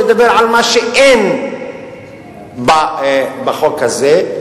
לדבר על מה שאין בחוק הזה,